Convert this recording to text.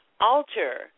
alter